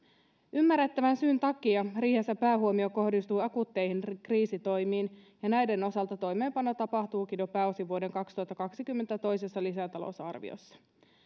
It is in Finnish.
ymmärrettävän syyn takia riihessä päähuomio kohdistuu akuutteihin kriisitoimiin ja näiden osalta toimeenpano tapahtuukin jo pääosin vuoden kaksituhattakaksikymmentä toisessa lisätalousarviossa